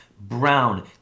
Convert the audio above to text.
Brown